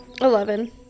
Eleven